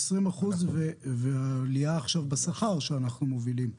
של 20% והעלייה בשכר שאנחנו מובילים עכשיו.